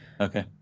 okay